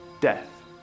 Death